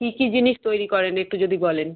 কী কী জিনিস তৈরি করেন একটু যদি বলেন